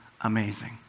amazing